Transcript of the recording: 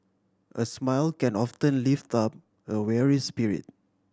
a smile can often lift up a weary spirit